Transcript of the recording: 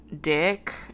Dick